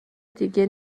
دیگه